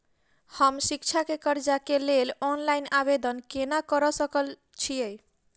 हम शिक्षा केँ कर्जा केँ लेल ऑनलाइन आवेदन केना करऽ सकल छीयै?